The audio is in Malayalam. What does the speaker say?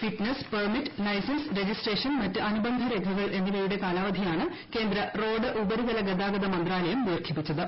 ഫിറ്റ്നസ് പെർമിറ്റ് ലൈസൻസ് രജിസ്ട്രേഷൻ മറ്റ് അനുബന്ധ രേഖകൾ എന്നിവയുടെ കാലാവധിയാണ് കേന്ദ്ര റോഡ് ഉപരിതല ഗതാഗത മന്ത്രാലയം ദീർഘിപ്പിച്ചത്